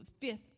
fifth